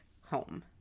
home